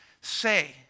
say